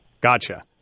Gotcha